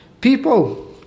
people